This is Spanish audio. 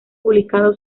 publicado